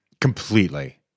Completely